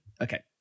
okay